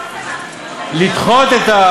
לדחות את,